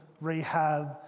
rehab